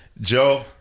Joe